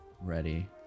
ready